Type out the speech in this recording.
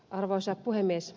arvoisa puhemies